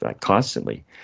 constantly